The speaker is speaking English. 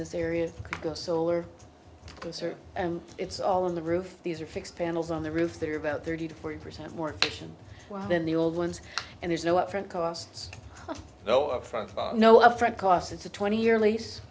this area go solar concert and it's all on the roof these are fixed panels on the roof they're about thirty to forty percent more efficient than the old ones and there's no upfront costs no upfront no up front costs it's a twenty year lease